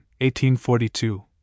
1842